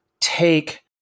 take